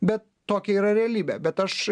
bet tokia yra realybė bet aš